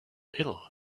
ill